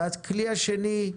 והכלי השני,